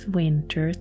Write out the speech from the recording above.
winter